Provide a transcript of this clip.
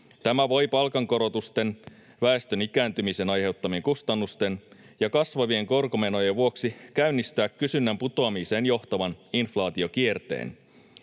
Tämä voi palkankorotusten, väestön ikääntymisen aiheuttamien kustannusten ja kasvavien korkomenojen vuoksi käynnistää kysynnän putoamiseen johtavan inflaatiokierteen.